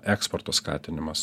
eksporto skatinimas